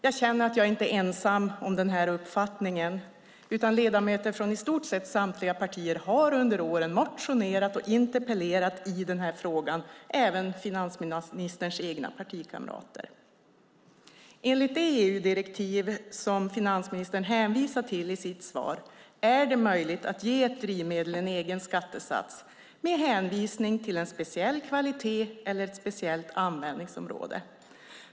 Jag känner att jag inte är ensam om den här uppfattningen, utan ledamöter från i stort sett samtliga partier har under åren motionerat och interpellerat i frågan, även finansministerns egna partikamrater. Enligt det EU-direktiv som finansministern hänvisar till i sitt svar är det möjligt att ge ett drivmedel en egen skattesats med hänvisning till en speciell kvalitet eller ett speciellt användningsområde.